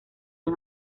han